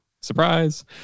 surprise